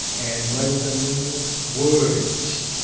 and what are the new words?